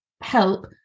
help